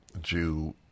Jew